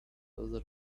other